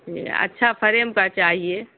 جی اچھا فریم کا چاہیے